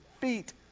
feet